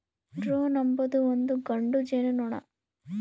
drone ಅಂಬೊದು ಒಂದು ಗಂಡು ಜೇನುನೊಣ